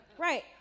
Right